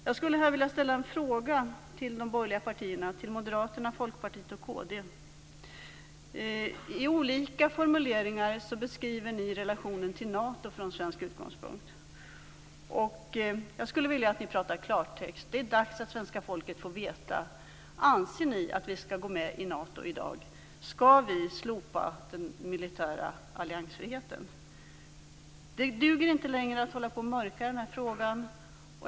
Jag skulle vilja ställa en fråga till de borgerliga partierna Moderaterna, Folkpartiet och kd. I olika formuleringar skriver ni relationen till Nato från svensk utgångspunkt. Jag skulle vilja att ni talar klartext. Det är dags att svenska folket får veta: Anser ni att vi skall gå med i Nato i dag? Skall vi slopa den militära alliansfriheten? Det duger inte längre att mörka frågan.